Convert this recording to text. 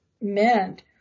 meant